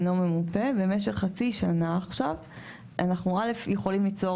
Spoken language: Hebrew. במשך חצי שנה עכשיו אנחנו יכולים ליצור